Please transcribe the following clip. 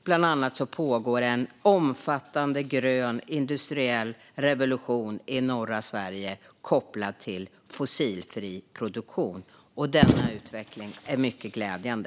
Bland annat pågår en omfattande grön industriell utveckling i norra Sverige kopplad till fossilfri produktion. Denna utveckling är mycket glädjande.